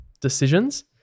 decisions